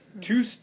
Two